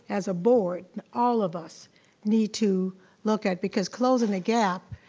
as a board, and all of us need to look at. because closing the gap,